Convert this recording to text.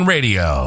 Radio